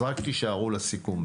אז רק תישארו לסיכום,